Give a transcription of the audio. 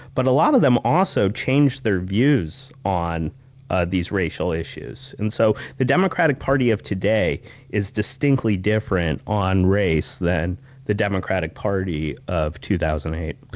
but a lot of them also changed their views on ah these racial issues. and so, the democratic party of today is distinctly different on race than the democratic party of two thousand and eight.